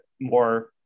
more